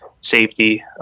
safety